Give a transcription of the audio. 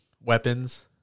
weapons